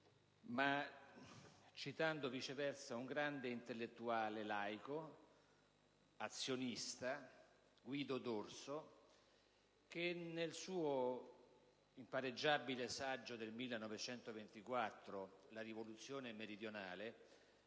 ma citando un grande intellettuale laico, azionista, Guido Dorso, che, nel suo impareggiabile saggio del 1924, «La rivoluzione meridionale»,